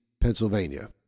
Pennsylvania